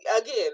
Again